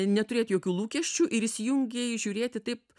neturėt jokių lūkesčių ir įsijungei žiūrėti taip